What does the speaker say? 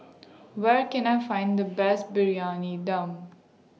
Where Can I Find The Best Briyani Dum